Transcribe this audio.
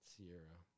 Sierra